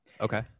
Okay